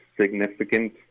significant